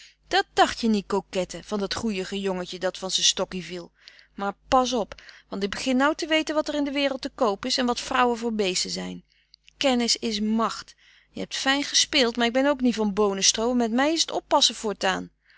dat dacht je niet kokette van dat goeiige jongetje dat van z'n stokkie viel maar pas op want ik begin nou te weten wat er in de wereld te koop is en wat vrouwen voor beesten zijn kennis is macht je heb fijn gespeeld maar ik ben ook niet van boonestroo en met mij is t oppassen voortaan